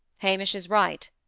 hamish is right,